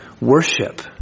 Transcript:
worship